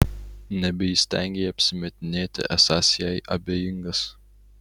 nebeįstengei apsimetinėti esąs jai abejingas